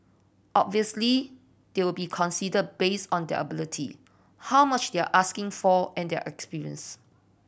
obviously they'll be considered based on their ability how much they are asking for and their experience